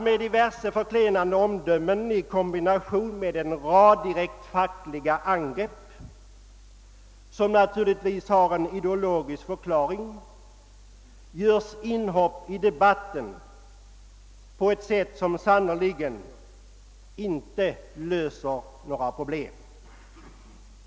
Med diverse förklenande omdömen i kombination med en rad fackliga angrepp, som naturligtvis har en ideologisk förklarning, görs inhopp i debatten på ett sätt som sannerligen inte löser några problem.